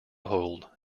hold